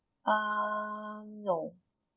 um no